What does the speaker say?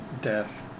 death